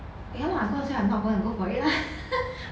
ya lah I'm gonna say I'm not gonna go for it lah